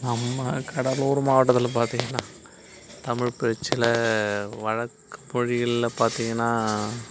நம்ம கடலூர் மாவட்டத்தில் பார்த்தீங்கன்னா தமிழ் பேச்சில் வழக்க மொழிகளில் பார்த்தீங்கன்னா